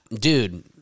dude